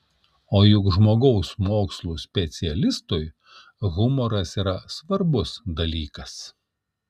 o juk žmogaus mokslų specialistui humoras yra svarbus dalykas